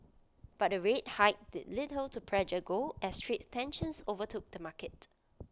but the rate hike did little to pressure gold as trade tensions overtook the market